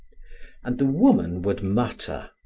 and the woman would mutter,